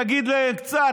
תגיד להם קצת,